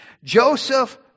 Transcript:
Joseph